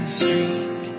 streak